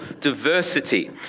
diversity